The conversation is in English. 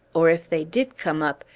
or, if they did come up,